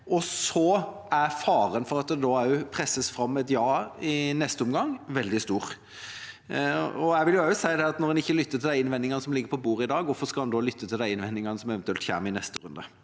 stor for at det også presses fram et ja i neste omgang. Jeg vil si at når en ikke lytter til de innvendinger som ligger på bordet i dag, hvorfor skal en lytte til de innvendingene som eventuelt kommer i neste runde?